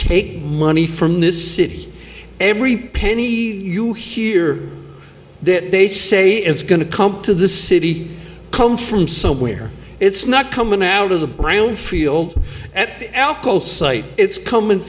take money from this city every penny you hear that they say it's going to come to the city come from somewhere it's not coming out of the brownfield at elco site it's coming